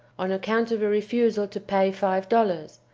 on account of a refusal to pay five dollars,